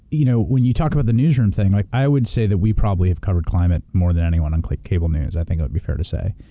you know when you talk about the newsroom thing, like i would say that we probably have covered climate more than anyone on cable news. i think it would be fair to say.